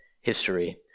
history